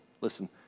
listen